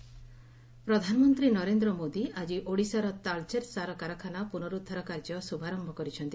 PM Odisha ପ୍ରଧାନମନ୍ତ୍ରୀ ନରେନ୍ଦ୍ର ମୋଦି ଆଜି ଓଡ଼ିଶାର ତାଳଚେର ସାର କାରଖାନା ପ୍ରନର୍ଦ୍ଧାର କାର୍ଯ୍ୟ ଶ୍ରଭାରୟ କରିଛନ୍ତି